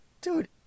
Dude